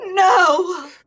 No